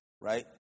Right